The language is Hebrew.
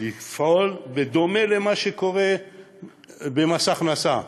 לפעול בדומה למה שקורה במס הכנסה,